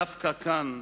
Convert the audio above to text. דווקא כאן,